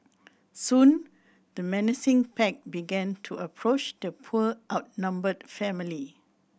soon the menacing pack began to approach the poor outnumbered family